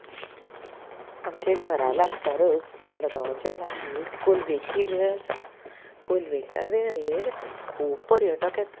आमचे घरा लागसारूच मडगांवचे लागींच कोल्वेची वेळ आसा कोल्वेच्या वेळेर खूब पर्यटक येतात